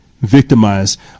victimized